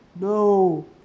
No